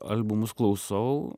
albumus klausau